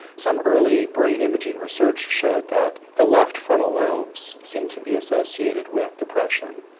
some early brain imaging research showed that the left frontal lobes seem to be associated with depression.